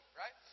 right